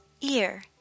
ear